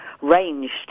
ranged